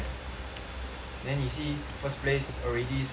then 你 see first place already seventy nine kills